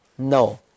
No